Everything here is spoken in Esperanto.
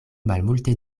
malmulte